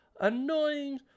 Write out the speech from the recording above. annoying